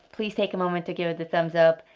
please take a moment to give it the thumbs-up,